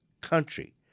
country